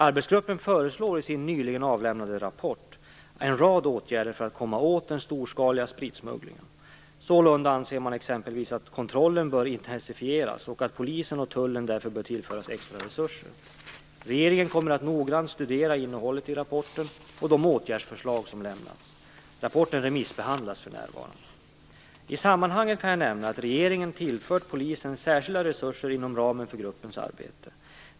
Arbetsgruppen föreslår i sin nyligen avlämnade rapport en rad åtgärder för att komma åt den storskaliga spritsmugglingen. Sålunda anser man exempelvis att kontrollen bör intensifieras och att Polisen och Tullen därför bör tillföras extra resurser. Regeringen kommer att noggrant studera innehållet i rapporten och de åtgärdsförslag som lämnats. Rapporten remissbehandlas för närvarande. I sammanhanget kan jag nämna att regeringen tillfört Polisen särskilda resurser inom ramen för gruppens arbete.